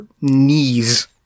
knees